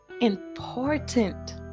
important